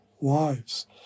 wives